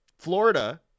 Florida